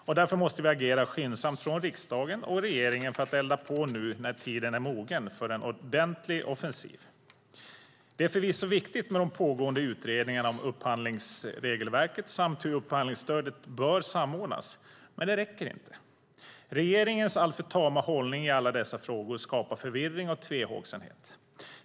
Därför måste vi agera skyndsamt från riksdagen och regeringen för att elda på nu när tiden är mogen för en ordentlig offensiv. Det är förvisso viktigt med de pågående utredningarna om upphandlingsregelverket samt hur upphandlingsstödet bör samordnas, men det räcker inte. Regeringens alltför tama hållning i alla dessa frågor skapar förvirring och tvehågsenhet.